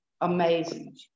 amazing